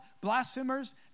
blasphemers